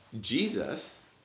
Jesus